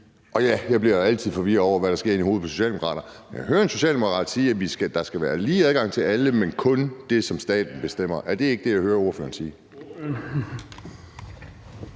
– og jeg bliver altid forvirret over, hvad der sker inde i hovedet på Socialdemokraterne – er, at der skal være lige adgang for alle, men kun inden for det, som staten bestemmer over. Er det ikke det, jeg hører ordføreren sige?